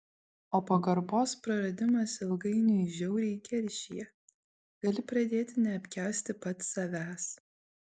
o pagarbos praradimas ilgainiui žiauriai keršija gali pradėti neapkęsti pats savęs